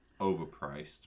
overpriced